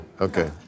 okay